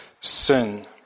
sin